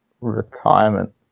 retirement